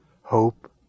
hope